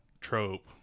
trope